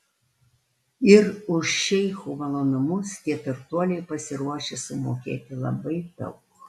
ir už šeichų malonumus tie turtuoliai pasiruošę sumokėti labai daug